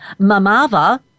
Mamava